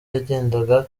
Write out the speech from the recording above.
yagendaga